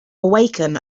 awaken